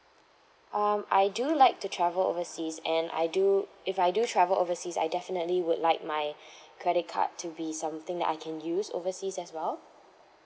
um I do like to travel overseas and I do if I do travel overseas I definitely would like my credit card to be something that I can use overseas as well